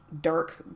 dark